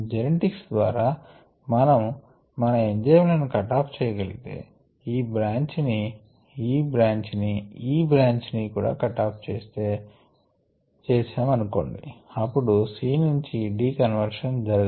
genetics ద్వారా మనము మనము ఎంజైమ్ లను కట్ ఆఫ్ చేయ గలిగితే ఈ బ్రాంచ్ ని ఈ బ్రాంచ్ ని ఈ బ్రాంచ్ ని కూడా కట్ ఆఫ్ చేస్తే అనుకొండి అప్పుడు C నుంచి D కన్వర్షన్ జరగదు